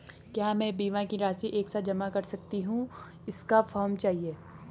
क्या मैं बीमा की राशि एक साथ जमा कर सकती हूँ इसका फॉर्म चाहिए?